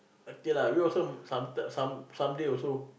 okay lah we also some some some day also